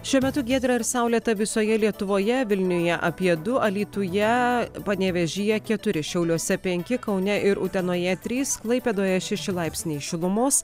šiuo metu giedra ir saulėta visoje lietuvoje vilniuje apie du alytuje panevėžyje keturi šiauliuose penki kaune ir utenoje trys klaipėdoje šeši laipsniai šilumos